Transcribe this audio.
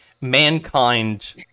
mankind